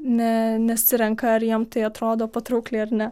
ne nesirenka ar jiem tai atrodo patraukliai ar ne